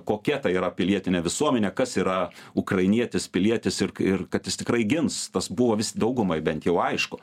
kokia tai yra pilietinė visuomenė kas yra ukrainietis pilietis ir kad jis tikrai gins tas buvo daugumai bent jau aišku